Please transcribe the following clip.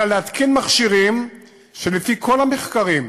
אלא להתקין מכשירים שלפי כל המחקרים,